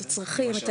את הצרכים,